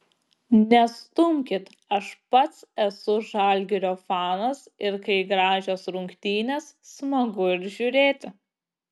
nestumkit aš pats esu žalgirio fanas ir kai gražios rungtynės smagu ir žiūrėti